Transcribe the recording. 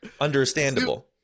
Understandable